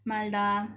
Malda